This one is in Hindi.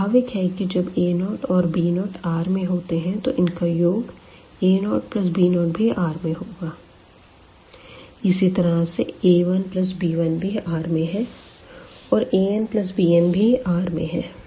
स्वाभाविक है कि जब a0 और b0Rमें है तो इनका योग a0b0भी R में होगा इसी तरह से a1b1 भी R में है और anbn भी R में है